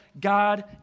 God